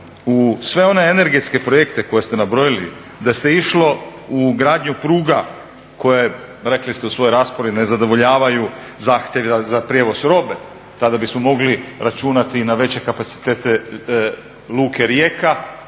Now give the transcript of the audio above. sve one energetske projekte koje ste nabrojili, da se išlo u gradnju pruga koja je, rekli ste u svojoj raspravi nezadovoljavaju zahtjeve za prijevoz robe, tada bismo mogli računati i na veće kapacitet Luke Rijeka